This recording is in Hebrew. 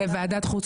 בוועדת חוץ